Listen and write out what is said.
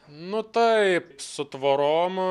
nu taip su tvorom